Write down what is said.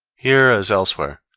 here, as elsewhere,